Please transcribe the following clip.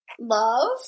love